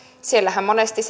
siellähän monesti